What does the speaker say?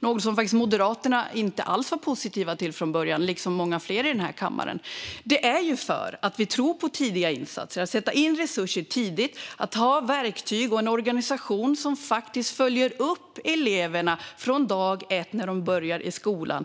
Det var något som Moderaterna faktiskt inte alls var positiva till från början, i likhet med flera här i kammaren. Det gjorde vi för att vi tror på att sätta in resurser och insatser tidigt och att ha verktyg och en organisation som följer upp eleverna från dag ett när de börjar i skolan.